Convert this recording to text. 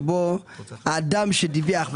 שבו האדם שדיווח,